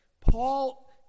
Paul